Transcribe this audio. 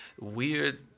weird